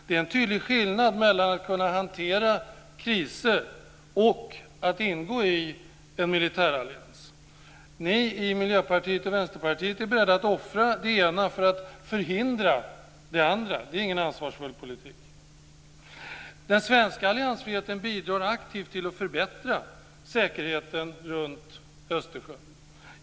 Det är en tydlig skillnad mellan att kunna hantera kriser och att ingå i en militärallians. Ni i Miljöpartiet och Vänsterpartiet är beredda att offra det ena för att förhindra det andra. Det är ingen ansvarsfull politik. Den svenska alliansfriheten bidrar aktivt till att förbättra säkerheten runt Östersjön.